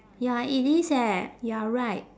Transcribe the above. ya it is eh you are right